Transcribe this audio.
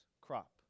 crop